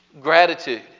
Gratitude